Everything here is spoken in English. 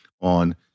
on